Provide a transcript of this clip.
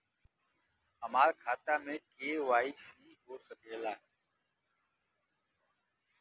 हमार खाता में के.वाइ.सी हो सकेला?